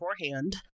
beforehand